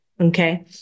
Okay